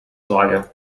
sorge